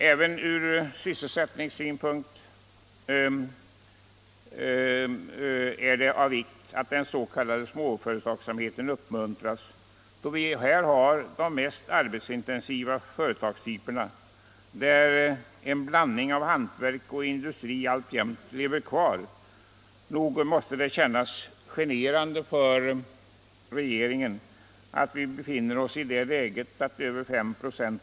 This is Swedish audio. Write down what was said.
Även från sysselsättningssynpunkt är det av vikt att den s.k. småföretagsamheten uppmuntras, då vi här har de mest arbetsintensiva företagstyperna där en blandning av hantverk och industri alltjämt lever kvar. Nog måste det kännas generande för regeringen att över 5 ".